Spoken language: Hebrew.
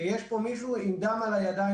כשיש פה מישהו עם דם על הידיים.